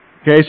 Okay